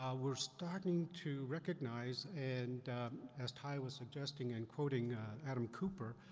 ah we're starting to recognize, and as ty was suggesting and quoting adam cooper,